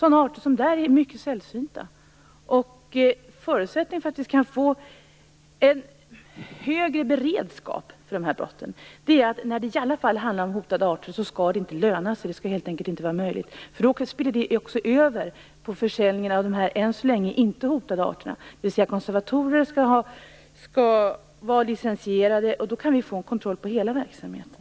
Det är arter som är mycket sällsynta i Förutsättningen för att vi skall få en högre beredskap för dessa brott är att det inte skall löna sig att exportera hotade arter, och det skall helt enkelt inte vara möjligt. Då skulle det spilla över på försäljningen av de än så länge inte hotade arterna. Det betyder att konservatorer skall vara licensierade. Då kan vi få en kontroll över hela verksamheten.